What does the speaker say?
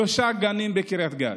שלושה גנים בקריית גת,